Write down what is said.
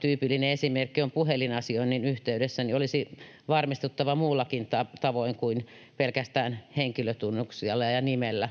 tyypillinen esimerkki on puhelinasioinnin yhteydessä — jolloin olisi varmistuttava muullakin tavoin kuin pelkästään henkilötunnuksilla ja nimellä.